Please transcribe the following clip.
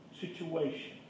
situation